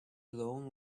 alone